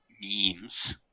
memes